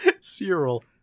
Cyril